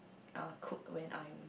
uh cook when I'm